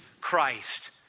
Christ